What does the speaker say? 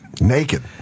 Naked